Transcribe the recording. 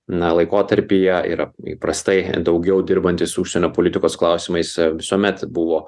na laikotarpyje yra įprastai daugiau dirbantys užsienio politikos klausimais visuomet buvo